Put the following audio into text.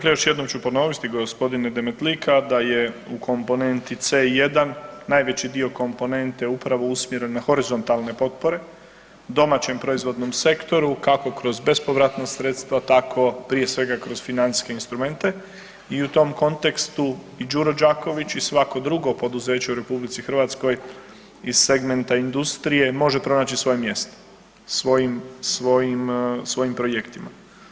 Dakle još jednom ću ponoviti, g. Demetlika da je u komponenti C1 najveći dio komponente upravo usmjeren na horizontalne potpore domaćem proizvodnom sektoru, kako kroz bespovratna sredstva, tako prije svega kroz financijske instrumente i u tom kontekstu i Đuro Đaković i svako drugo poduzeće u RH iz segmenta industrije, može pronaći svoje mjesto svojim projektima.